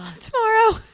Tomorrow